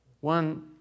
One